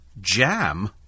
Jam